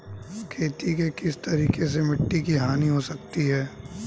खेती के किस तरीके से मिट्टी की हानि हो सकती है?